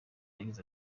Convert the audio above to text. yagize